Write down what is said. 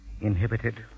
inhibited